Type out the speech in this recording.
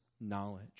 knowledge